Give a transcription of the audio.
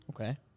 Okay